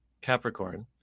Capricorn